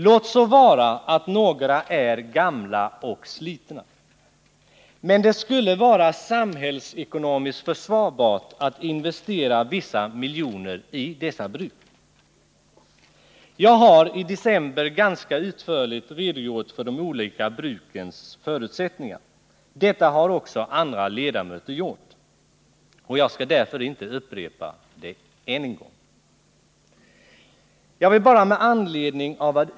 Låt vara att några är gamla och slitna. Men det skulle vara samhällsekonomiskt försvarbart att investera vissa miljoner i dessa bruk. Jag har i december förra året ganska utförligt redogjort för de olika brukens förutsättningar, och detta har även andra ledamöter gjort. Därför skall jag inte upprepa det ännu en gång.